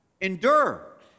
Endure